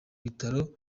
bitaro